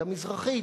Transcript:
המזרחית,